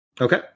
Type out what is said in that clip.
Okay